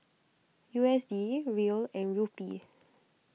U S D Riel and Rupee